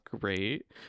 great